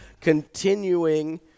continuing